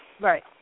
Right